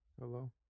Hello